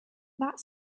that